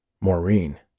Maureen